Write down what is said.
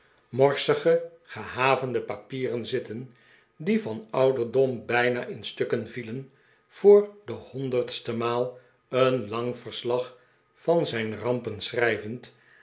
morsige gehavende papieren zitten die van ouderdom bijna in stukken vielen voor de honderdste maal een lang verslag van zijn